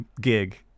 gig